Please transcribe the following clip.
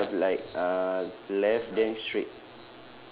like kind of like uh left then straight